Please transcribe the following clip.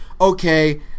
okay